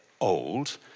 old